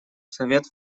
совет